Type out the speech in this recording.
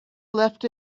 left